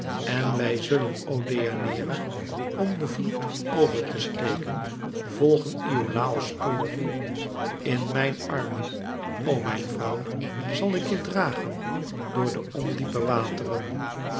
en wij zullen o deianeira om den vloed over te steken volgen iolàos spoor in mijn armen o mijn vrouw zal ik je dragen door de ondiepe wateren